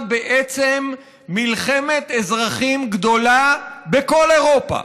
בעצם מלחמת אזרחים גדולה בכל אירופה,